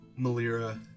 Mal'ira